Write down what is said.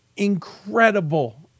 Incredible